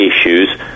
issues